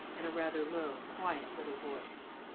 in a rather low, quiet little voice.